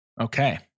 Okay